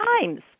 times